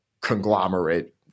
conglomerate